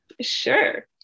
Sure